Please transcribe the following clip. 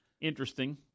Interesting